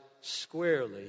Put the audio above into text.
squarely